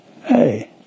Hey